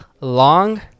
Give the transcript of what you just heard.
long